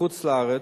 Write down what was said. בחוץ-לארץ,